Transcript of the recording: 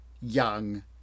young